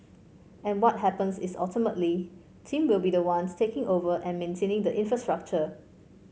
and what happens is ultimately team will be the ones taking over and maintaining the infrastructure